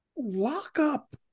Lockup